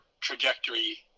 trajectory